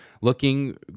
looking